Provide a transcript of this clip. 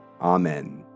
Amen